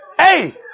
Hey